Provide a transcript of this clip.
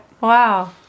wow